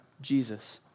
Jesus